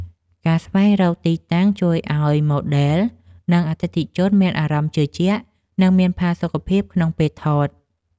ការស្វែងរកទីតាំងជួយឱ្យម៉ូដែល និងអតិថិជនមានអារម្មណ៍ជឿជាក់ និងមានផាសុកភាពក្នុងពេលថត។